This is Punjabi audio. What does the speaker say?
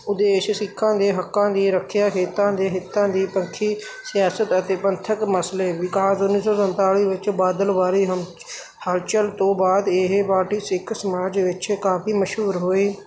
ਉਦੇਸ਼ ਸਿੱਖਾਂ ਦੇ ਹੱਕਾਂ ਦੀ ਰੱਖਿਆ ਹੇਤਾਂ ਦੇ ਹਿੱਤਾਂ ਦੀ ਪਰਖੀ ਸਿਆਸਤ ਅਤੇ ਪੰਥਕ ਮਸਲੇ ਵਿਕਾਸ ਉੱਨੀ ਸੌ ਸੰਤਾਲੀ ਵਿੱਚ ਬਾਦਲ ਵਾਰੀ ਹ ਹਲਚਲ ਤੋਂ ਬਾਅਦ ਇਹ ਪਾਰਟੀ ਸਿੱਖ ਸਮਾਜ ਵਿੱਚ ਕਾਫ਼ੀ ਮਸ਼ਹੂਰ ਹੋਈ